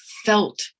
felt